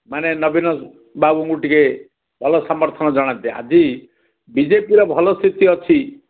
ମାନେ ନବୀନ ବାବୁଙ୍କୁ ଟିକେ ଭଲ ସମର୍ଥନ ଜଣାନ୍ତେ ଆଜି ବିଜେପିର ଭଲ ସ୍ଥିତି ଅଛି